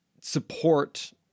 support